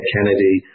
Kennedy